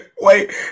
wait